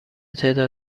تعداد